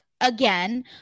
again